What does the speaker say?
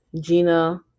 Gina